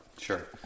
Sure